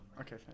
Okay